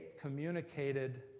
communicated